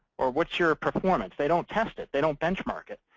or what's your performance? they don't test it. they don't benchmark it.